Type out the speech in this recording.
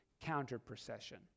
counter-procession